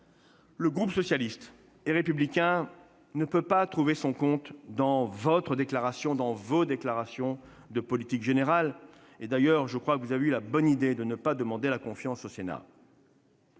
le groupe socialiste et républicain ne peut pas trouver son compte dans votre déclaration, dans vos déclarations de politique générale. D'ailleurs, je crois que vous avez eu une bonne idée en ne demandant pas la confiance au Sénat.